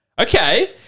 okay